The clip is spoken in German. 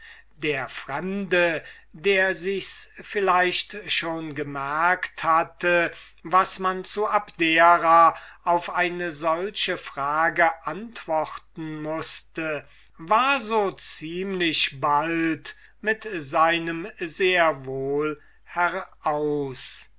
der fremde der sichs vielleicht schon gemerkt hatte was man zu abdera auf eine solche frage antworten mußte war so ziemlich bald mit seinem sehr wohl heraus